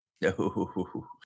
No